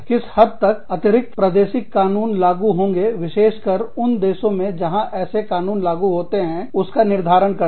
किस हद तक अतिरिक्त प्रादेशिक कानून लागू होंगे विशेषकर उन देशों में जहां ऐसे कानून लागू होते हैं उस का निर्धारण करना